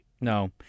No